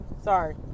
sorry